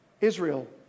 Israel